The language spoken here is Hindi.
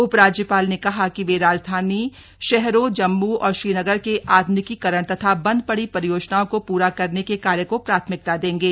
उपराज्यपाल ने कहा कि वे राजधानी शहरों जम्मू और श्रीनगर के आधुनिकीकरण तथा बंद पड़ी परियोजनाओ को पूरा करने के कार्य को प्राथमिकता देंगे